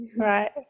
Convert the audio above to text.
Right